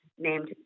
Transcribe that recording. named